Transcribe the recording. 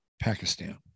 Pakistan